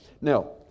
Now